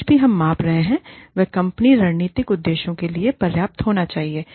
जो कुछ भी हम माप रहे हैं वह कंपनी के रणनीतिक उद्देश्यों के लिए पर्याप्त होना चाहिए